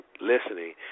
listening